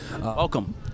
Welcome